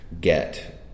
get